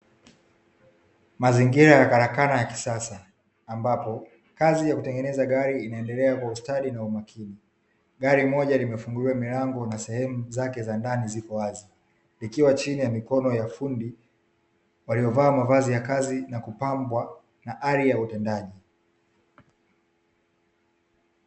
Mazingira ya karakana ya kisasa ambapo kazi ya kutengeneza gari inaendelea kwa ustadi na umakini, gari moja limefunguliwa milango na sehemu zake za ndani ziko wazi. Likiwa chini ya mikono ya fundi waliovaa mavazi ya kazi na kupambwa na hali ya utendaji.